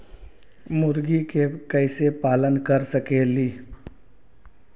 मुर्गि के कैसे पालन कर सकेली?